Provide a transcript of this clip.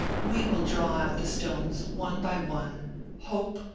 we will draw out the stones one by one hope,